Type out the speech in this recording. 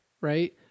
Right